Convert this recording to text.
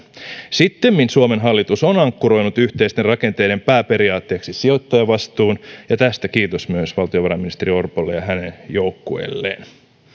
sittemmin suomen hallitus on ankkuroinut yhteisten rakenteiden pääperiaatteeksi sijoittajavastuun ja tästä kiitos myös valtiovarainministeri orpolle ja hänen joukkueelleen